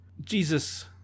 Jesus